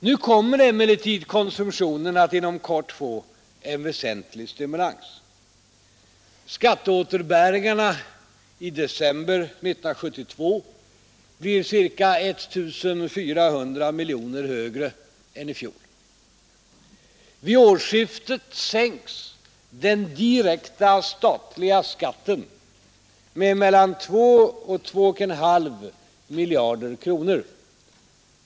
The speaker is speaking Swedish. Nu kommer emellertid konsumtionen att inom kort få en väsentlig stimulans. Skatteåterbäringarna i december 1972 blir ca 1 400 miljoner kronor högre än i fjol. Vid årsskiftet sänks den direkta statliga skatten med mellan 2 och 2,5 miljarder kronor.